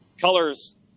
colors